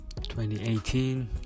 2018